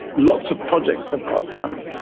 lots of projects have got done.